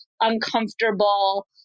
uncomfortable